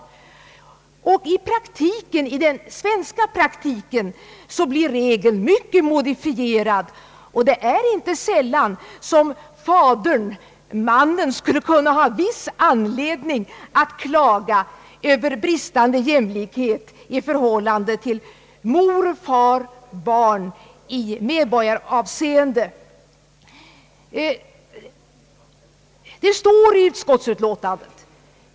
I den svenska praktiken blir regeln mycket modifierad, och det är inte sällan som fadern-mannen skulle kunna ha viss anledning att för sin del klaga över bristande jämlikhet i förhållandet mor— far—barn i medborgaravseende. Om praxis i tillämpningen av vår lagstiftning står det mycket i utskottsutlåtandet.